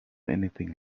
anything